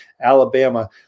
Alabama